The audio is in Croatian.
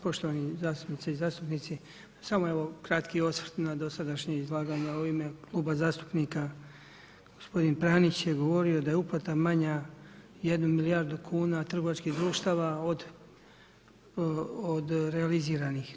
Poštovane zastupnice i zastupnici, samo evo kratki osvrt na dosadašnje izlaganje ovime kluba zastupnika gospodin Pranić je govorio da je uplata manja 1 milijardu kuna trgovačkih društva oda realiziranih.